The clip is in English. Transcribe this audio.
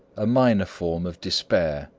a minor form of despair,